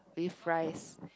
with rice